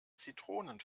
zitronen